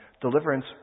deliverance